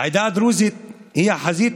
העדה הדרוזית היא החזית